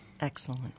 Excellent